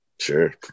Sure